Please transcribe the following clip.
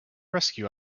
rescue